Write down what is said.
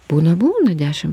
būna būna dešim